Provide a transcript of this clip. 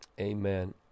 Amen